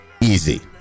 easy